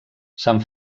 sant